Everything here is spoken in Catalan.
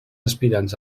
aspirants